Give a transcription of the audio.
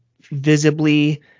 visibly –